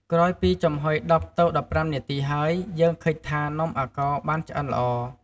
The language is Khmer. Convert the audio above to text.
ក្រោយពីចំហុយ១០ ទៅ១៥នាទីហើយ យើងឃើញថា នំអាកោរបានឆ្អិនល្អ។